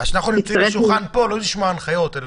אנחנו נמצאים בשולחן פה לא כדי לשמוע הנחיות אלא